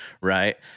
Right